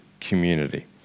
community